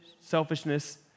selfishness